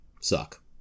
suck